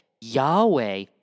Yahweh